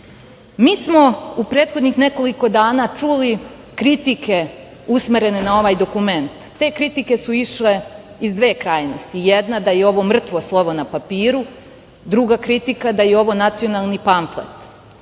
smo u pethodnih nekoliko dana čuli kritike usmerene na ovaj dokument, a te kritike su išle iz dve krajnosti. Jedna da je ovo mrtvo slovo na papiru, druga kritika da je ovo nacionalni pamflet.